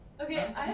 Okay